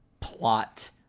Plot